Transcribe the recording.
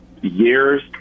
years